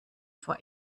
vor